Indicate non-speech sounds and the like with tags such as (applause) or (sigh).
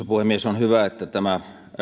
(unintelligible) puhemies on hyvä että tämä